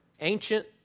ancient